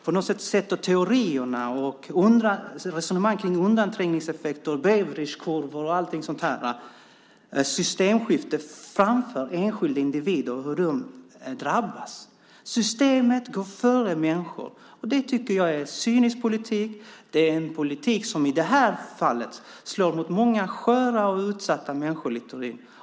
På något sätt sätter man teorierna och resonemang kring undanträngningseffekter, Beveridgekurvor och systemskifte framför enskilda individer och hur de drabbas. Systemet går före människor, och det tycker jag är en cynisk politik. Det är en politik som i det här fallet slår mot många sköra och utsatta människor, Littorin.